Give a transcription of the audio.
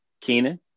Keenan